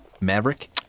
Maverick